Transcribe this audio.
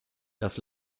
das